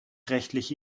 rechtliche